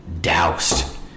doused